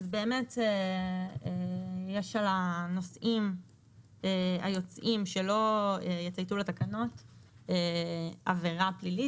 יש על הנוסעים היוצאים שלא יצייתו לתקנות עבירה פלילית,